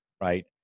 right